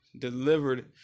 delivered